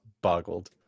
boggled